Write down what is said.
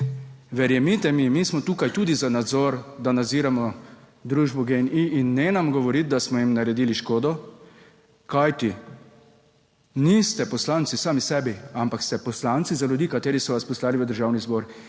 Verjemite mi, mi smo tukaj tudi za nadzor, da nadziramo družbo GEN-I in ne nam govoriti, da smo jim naredili škodo, kajti, niste poslanci sami sebi, ampak ste poslanci za ljudi, kateri so vas poslali v Državni zbor